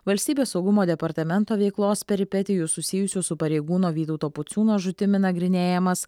valstybės saugumo departamento veiklos peripetijų susijusių su pareigūno vytauto pociūno žūtimi nagrinėjimas